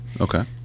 Okay